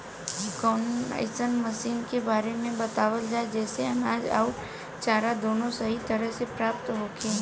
कवनो अइसन मशीन के बारे में बतावल जा जेसे अनाज अउर चारा दोनों सही तरह से प्राप्त होखे?